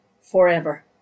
forever